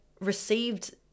received